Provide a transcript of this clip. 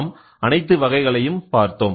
நாம் அனைத்து வகைகளையும் பார்த்தோம்